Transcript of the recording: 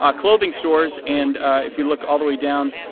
ah clothing stores and if you look all the way down,